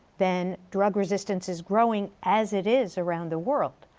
then drug resistance is growing as it is around the world.